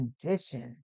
condition